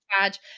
badge